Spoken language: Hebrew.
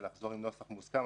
ולחזור עם נוסח מוסכם?